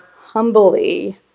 humbly